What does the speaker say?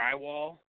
drywall